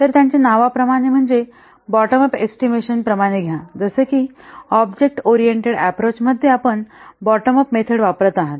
तर त्याचे नावाप्रमाणे म्हणजे बॉटम अप एस्टिमेशन प्रमाणे घ्या जसे की ऑब्जेक्ट ओरिएंटेड अँप्रोच मध्ये आपण बॉटम अप मेथड वापरत आहात